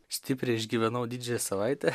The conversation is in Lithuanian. stipriai išgyvenau didžiąją savaitę